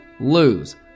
lose